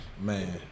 Man